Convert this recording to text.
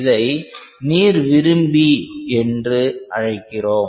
இதை நீர் விரும்பி என்று அழைக்கிறோம்